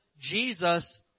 Jesus